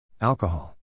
Alcohol